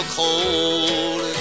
cold